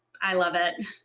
i love it.